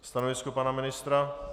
Stanovisko pana ministra?